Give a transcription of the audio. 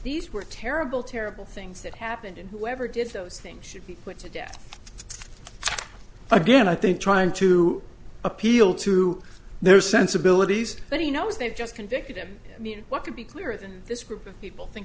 these were terrible terrible things that happened in whoever did those things should be put to death again i think trying to appeal to their sensibilities when he knows they've just convicted him i mean what could be clearer than this group of people think